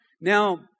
Now